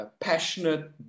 passionate